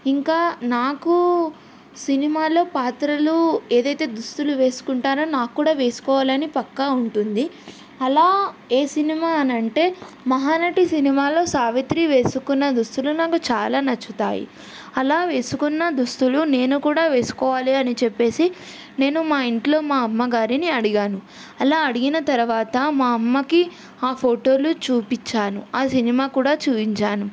ఇంకా నాకు సినిమాలో పాత్రలు ఏదైతే దుస్తులు వేసుకుంటారో నాకు కూడా వేసుకోవాలని పక్కా ఉంటుంది అలా ఏ సినిమా అనంటే మహానటి సినిమాలో సావిత్రి వేసుకున్న దుస్తులు నాకు చాలా నచ్చుతాయి అలా వేసుకున్న దుస్తులు నేను కూడా వేసుకోవాలి అని చెప్పేసి నేను మా ఇంట్లో మా అమ్మగారిని అడిగాను అలా అడిగిన తర్వాత మా అమ్మకి ఆ ఫోటోలు చూపించాను ఆ సినిమా కూడా చూయించాను